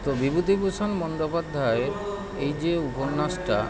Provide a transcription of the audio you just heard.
তো বিভূতিভূষণ বন্দ্যোপাধ্যায়ের এই যে উপন্যাসটা